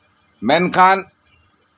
ᱢᱮᱱᱠᱷᱟᱱ